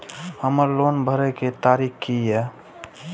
हमर लोन भरय के तारीख की ये?